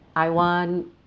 I want